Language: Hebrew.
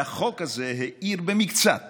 והחוק הזה האיר במקצת